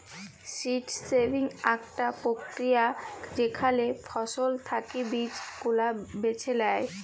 seed saving আকটা প্রক্রিয়া যেখালে ফসল থাকি বীজ গুলা বেছে লেয়